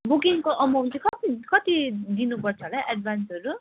बुकिङको amount चाहिँ कति कति दिनुपर्छ होला है एडभान्सहरू